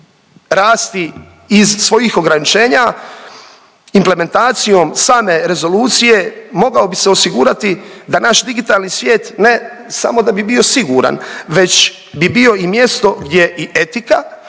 rasti iz svojih ograničenja implementacijom same rezolucije, mogao bi se osigurati da naš digitalni svijet, ne samo da bi bio siguran, već bi bio i mjesto gdje i etika